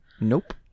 Nope